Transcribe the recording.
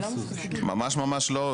ממש לא.